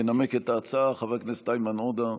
ינמק את ההצעה חבר הכנסת איימן עודה.